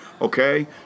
okay